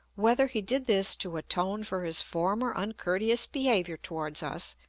whether he did this to atone for his former uncourteous behaviour towards us,